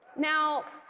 now